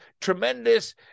tremendous